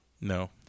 No